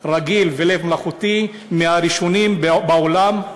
רגיל ולב מלאכותי, מהראשונים בעולם.